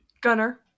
Gunner